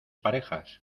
parejas